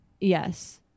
Yes